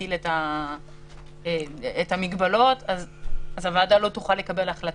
להטיל את המגבלות אז הוועדה לא תוכל לקבל החלטה,